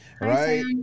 Right